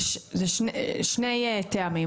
זה משני טעמים.